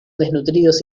desnutridos